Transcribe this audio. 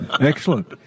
Excellent